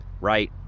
right